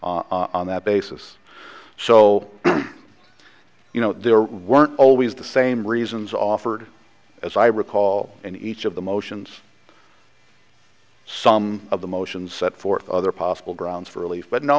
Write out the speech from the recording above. on that basis so you know there weren't always the same reasons offered as i recall in each of the motions some of the motions set forth other possible grounds for relief but no